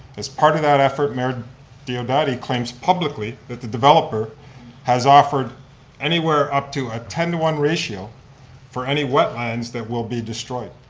as part of that effort, mayor diodati claims publicly that the developer has offered anywhere up to a ten to one ratio for any wetlands that will be destroyed.